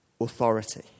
authority